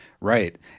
Right